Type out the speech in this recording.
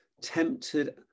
tempted